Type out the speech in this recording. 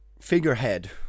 figurehead